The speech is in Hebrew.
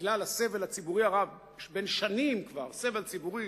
בגלל הסבל הציבורי הרב, כבר בן שנים, סבל ציבורי